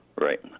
Right